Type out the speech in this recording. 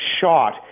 shot